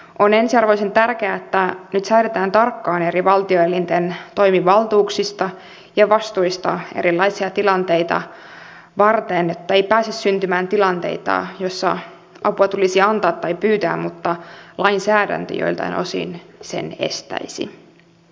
on ensiarvoisen tärkeää että nyt säädetään tarkkaan eri valtioelinten toimivaltuuksista ja vastuista erilaisia tilanteita varten että ei pääse syntymään tilanteita joissa apua tulisi antaa tai pyytää mutta lainsäädäntö joiltain osin sen estäisi